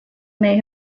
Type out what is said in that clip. may